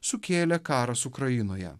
sukėlė karas ukrainoje